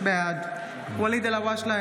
בעד ואליד אלהואשלה,